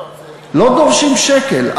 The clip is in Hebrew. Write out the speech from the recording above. לא דורשים שקל.